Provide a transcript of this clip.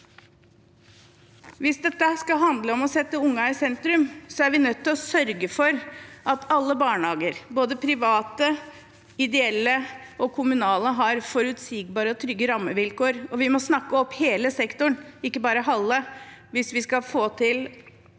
Hvis dette skal handle om å sette ungene i sentrum, er vi nødt til å sørge for at alle barnehager, både private, ideelle og kommunale, har forutsigbare og trygge rammevilkår. Vi må snakke opp hele sektoren, ikke bare halve, hvis vi skal få til